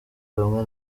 bamwe